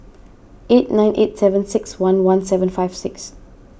eight nine eight seven six one one seven five six